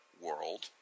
world